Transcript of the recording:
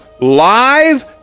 live